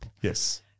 Yes